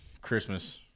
Christmas